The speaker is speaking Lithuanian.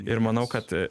ir manau kad